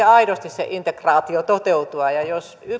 aidosti sen integraation toteutua jos